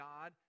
God